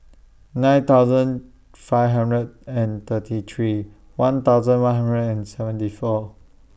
nine thousand five hundred and thirty three one thousand one hundred and seventy four